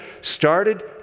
started